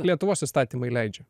lietuvos įstatymai leidžia